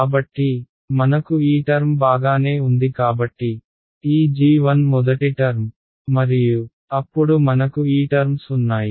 కాబట్టి మనకు ఈ టర్మ్ బాగానే ఉంది కాబట్టి ఈ g1 మొదటి టర్మ్ మరియు అప్పుడు మనకు ఈ టర్మ్స్ ఉన్నాయి